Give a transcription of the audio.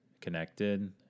connected